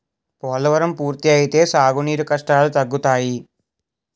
పోలవరం పూర్తి అయితే సాగు నీరు కష్టాలు తగ్గుతాయి